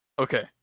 Okay